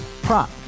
Prop